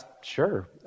sure